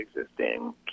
existing